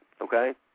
okay